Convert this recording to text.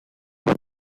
voz